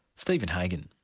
stephen hagan.